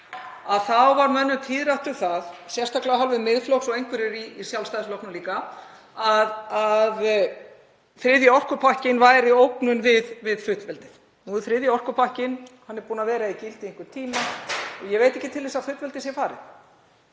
að þá varð mönnum tíðrætt um það, sérstaklega af hálfu Miðflokks og einhverjir í Sjálfstæðisflokknum líka, að þriðji orkupakkinn væri ógnun við fullveldið. Nú er þriðji orkupakkinn búinn að vera í gildi í einhvern tíma og ég veit ekki til þess að fullveldið sé farið.